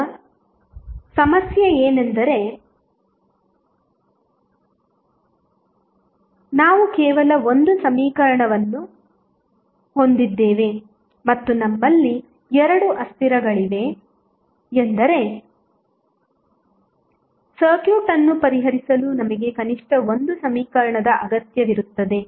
ಈಗ ಸಮಸ್ಯೆ ಏನೆಂದರೆ ನಾವು ಕೇವಲ ಒಂದು ಸಮೀಕರಣವನ್ನು ಹೊಂದಿದ್ದೇವೆ ಮತ್ತು ನಮ್ಮಲ್ಲಿ ಎರಡು ಅಸ್ಥಿರಗಳಿವೆ ಎಂದರೆ ಈ ಸರ್ಕ್ಯೂಟ್ ಅನ್ನು ಪರಿಹರಿಸಲು ನಮಗೆ ಕನಿಷ್ಠ ಒಂದು ಸಮೀಕರಣದ ಅಗತ್ಯವಿರುತ್ತದೆ